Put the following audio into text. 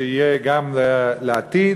שתהיה גם לעתיד,